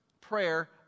prayer